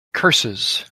curses